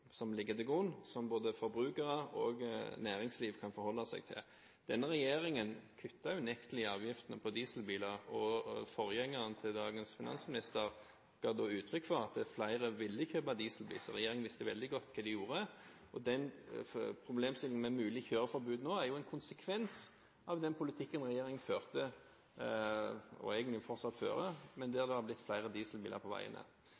til grunn, som både forbrukere og næringsliv kan forholde seg til. Denne regjeringen kutter unektelig i avgiftene på dieselbiler, og forgjengeren til dagens finansminister ga uttrykk for at flere ville kjøpe dieselbil, så regjeringen visste veldig godt hva den gjorde. Problemstillingen med mulig kjøreforbud nå er en konsekvens av den politikken regjeringen førte, og egentlig fortsatt fører, men det er blitt flere dieselbiler på veiene.